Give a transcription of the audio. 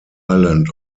island